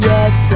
Yes